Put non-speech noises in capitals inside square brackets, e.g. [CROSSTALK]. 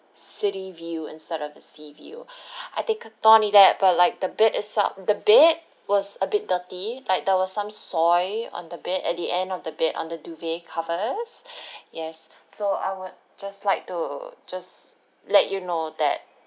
city view instead of the sea view [BREATH] I take not only that but like the bed itself the bed was a bit dirty like there was some soil on the bed at the end of the bed on the duvet covers [BREATH] yes so I would just like to just let you know that